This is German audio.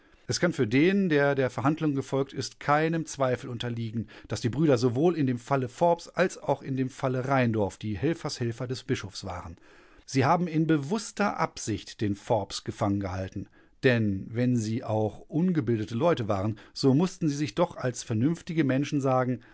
es kann für den der der verhandlung gefolgt ist keinem zweifel unterliegen daß die brüder sowohl in dem falle forbes als auch in dem falle rheindorf die helfershelfer des bischofs waren sie haben in bewußter absicht den forbes gefangen gehalten denn wenn sie auch ungebildete leute waren so mußten sie sich doch als vernünftige menschen sagen